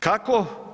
Kako?